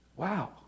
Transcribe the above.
wow